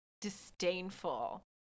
disdainful